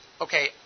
okay